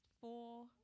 four